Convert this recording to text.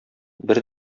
бер